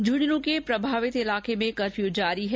झुंझनू के प्रभावित इलाके में कफ्यू जारी है